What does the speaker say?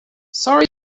sorry